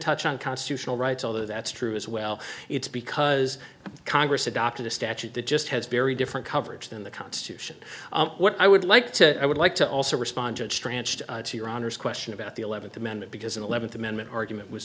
touch on constitutional rights although that's true as well it's because congress adopted a statute that just has very different coverage than the constitution what i would like to i would like to also respond to it's tranche to your honor's question about the eleventh amendment because eleventh amendment argument was